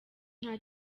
nta